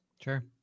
Sure